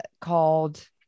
called